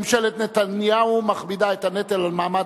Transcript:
ממשלת נתניהו מכבידה את הנטל על מעמד